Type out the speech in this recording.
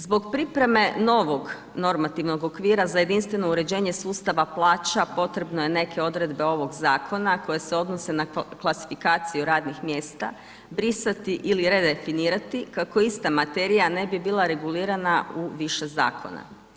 Zbog pripreme novog normativnog okvira za jedinstveno uređenje sustava plaća, potrebno je neke odredbe ovog zakona koje se odnose na klasifikaciju radnih mjesta, brisati ili redefinirati kako ista materija ne bi bila regulirana u više zakona.